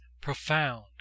profound